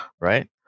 Right